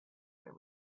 there